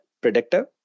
predictive